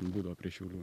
ten būdavo prie šiaulių